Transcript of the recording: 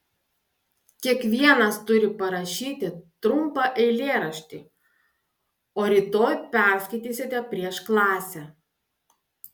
kiekvienas turi parašyti trumpą eilėraštį o rytoj perskaitysite prieš klasę